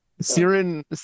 Siren